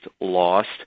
lost